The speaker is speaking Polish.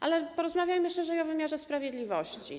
Ale porozmawiajmy szerzej o wymiarze sprawiedliwości.